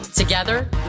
Together